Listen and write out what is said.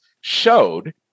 showed